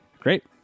Great